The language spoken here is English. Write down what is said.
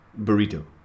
Burrito